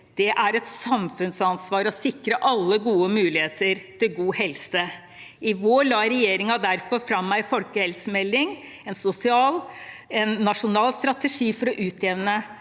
Det er et samfunnsansvar å sikre alle gode muligheter til god helse. I vår la regjeringen derfor fram en folkehelsemelding, en nasjonal strategi for å utjevne